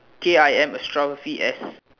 K I M apostrophe S